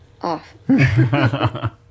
off